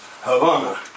Havana